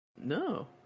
No